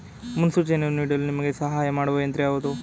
ಮುನ್ಸೂಚನೆಯನ್ನು ನೀಡಲು ನಿಮಗೆ ಸಹಾಯ ಮಾಡುವ ಯಂತ್ರ ಯಾವುದು?